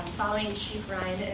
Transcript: following chief ryan